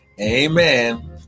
Amen